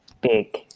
big